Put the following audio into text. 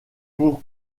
pour